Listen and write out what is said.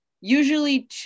usually